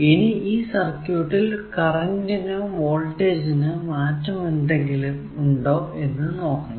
ഇനി ഈ സർക്യൂട്ടിൽ കറന്റിനോ വോൾട്ടേജിനോ മാറ്റമെന്തെങ്കിലും ഉണ്ടോ എന്ന് നോക്കണം